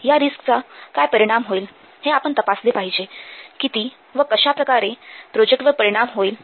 या रिस्क चा काय परिणाम होईल हे आपण तपासले पाहिजे किती व कशाप्रकारे प्रोजेक्टवर परिणाम होईल